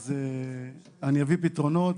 אני אביא פתרונות.